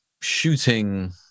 shooting